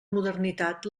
modernitat